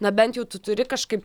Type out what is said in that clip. na bent jau tu turi kažkaip